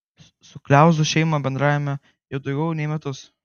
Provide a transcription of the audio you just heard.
su kliauzų šeima bendraujame jau daugiau nei metus